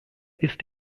ist